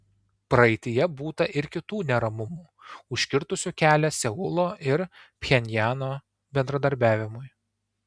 praeityje būta ir kitų neramumų užkirtusių kelią seulo ir pchenjano bendradarbiavimui